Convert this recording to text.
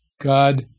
God